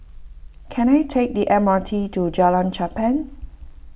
can I take the M R T to Jalan Cherpen